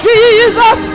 Jesus